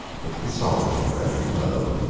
but the sovereign of the roman world.